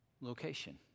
location